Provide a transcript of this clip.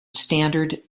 standard